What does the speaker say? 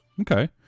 Okay